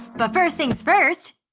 but first thing's first.